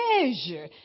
measure